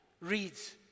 reads